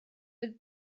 fydd